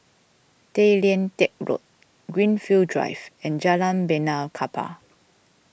Tay Lian Teck Road Greenfield Drive and Jalan Benaan Kapal